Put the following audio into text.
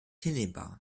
hinnehmbar